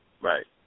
Right